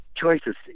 Choices